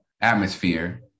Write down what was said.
atmosphere